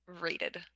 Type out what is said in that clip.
rated